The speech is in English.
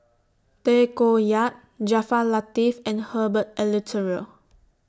Tay Koh Yat Jaafar Latiff and Herbert Eleuterio